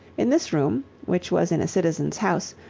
in this room, which was in a citizen's house,